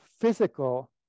physical